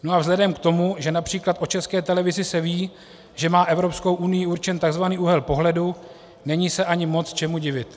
A vzhledem k tomu, že například o České televizi se ví, že má Evropskou unií určen takzvaný úhel pohledu, není se ani moc čemu divit.